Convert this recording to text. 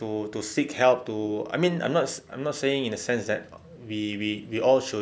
to to seek help to I mean I'm I'm not saying in the sense that we we all should